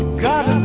got